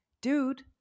dude